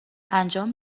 انجام